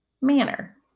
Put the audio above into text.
manner